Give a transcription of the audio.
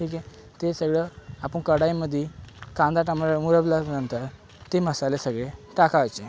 ठीके ते सगळं आपण कडाईमध्ये कांदा टमाटर मुरवल्यानंतर ते मसाले सगळे टाकायचे